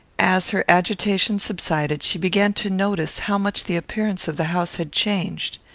as her agitation subsided she began to notice how much the appearance of the house had changed.